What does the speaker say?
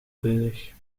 bezig